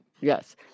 yes